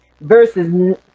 Verses